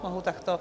Mohu takto?